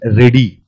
ready